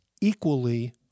equally